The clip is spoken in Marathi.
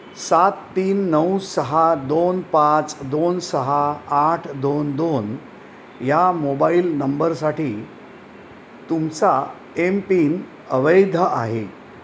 सात तीन नऊ सहा दोन पाच दोन सहा आठ दोन दोन या मोबाईल नंबरसाठी तुमचा एम पिन अवैध आहे